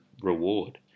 reward